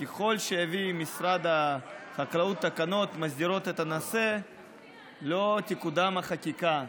ככל שיביא משרד החקלאות תקנות המסדירות את הנושא לא תקודם החקיקה.